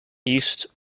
east